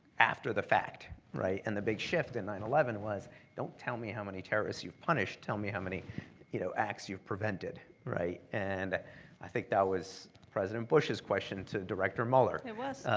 after the fact, right? and the big shift in nine eleven was don't tell me how many terrorists you've punished. tell me how many you know acts you've prevented, right? and i think that was president bush's question to director mueller. it was.